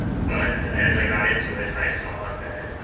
but as i got into it, i saw that